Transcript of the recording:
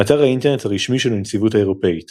אתר האינטרנט הרשמי של הנציבות האירופית